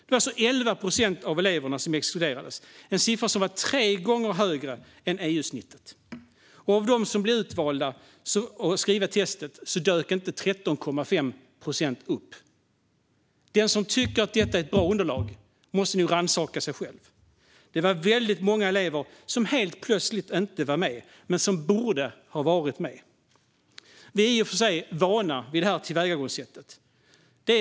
Det var alltså 11 procent av eleverna som exkluderades, en siffra tre gånger högre än EU-snittet. Av dem som blev utvalda att skriva testet dök 13,5 procent inte upp. Den som tycker att detta är ett bra underlag måste nog rannsaka sig själv. Det var väldigt många elever som borde ha varit med men som helt plötsligt inte var det. Vi är i och för sig vana vid det här tillvägagångssättet.